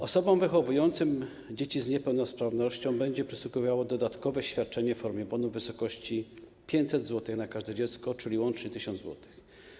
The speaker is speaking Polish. Osobom wychowującym dzieci z niepełnosprawnością będzie przysługiwało dodatkowe świadczenie w formie bonu w wysokości 500 zł na każde dziecko, czyli łącznie 1 tys. zł.